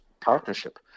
partnership